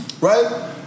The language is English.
right